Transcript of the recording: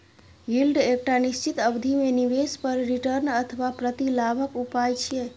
yield एकटा निश्चित अवधि मे निवेश पर रिटर्न अथवा प्रतिलाभक उपाय छियै